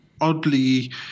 oddly